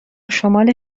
شمال